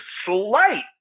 slight